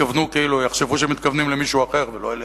יחשבו שמתכוונים למישהו אחר ולא אלינו.